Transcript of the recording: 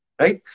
right